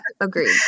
agreed